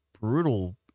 brutal